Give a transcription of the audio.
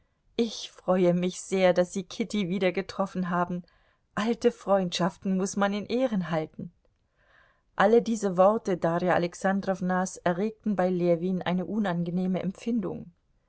ich freue mich sehr daß sie kitty wiedergetroffen haben alte freundschaften muß man in ehren halten alle diese worte darja alexandrownas erregten bei ljewin eine unangenehme empfindung